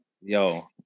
Yo